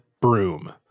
broom